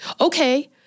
Okay